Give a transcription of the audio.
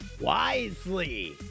wisely